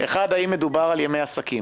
א', האם מדובר על ימי עסקים?